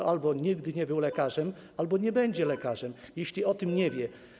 On albo nigdy nie był lekarzem, albo nie będzie lekarzem, jeśli o tym nie wie.